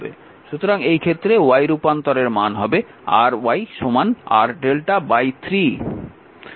সুতরাং এই ক্ষেত্রে Y রূপান্তরের মান হবে RY RlrmΔ 3